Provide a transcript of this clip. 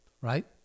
right